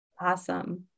Awesome